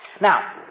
Now